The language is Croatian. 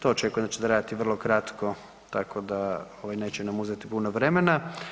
To očekujem da će trajati vrlo kratko, tako da neće nam uzeti puno vremena.